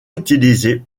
utilisé